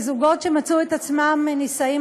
וזוגות שמצאו את עצמם נישאים,